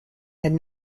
had